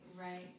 right